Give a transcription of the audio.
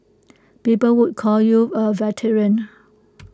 people would call you A veteran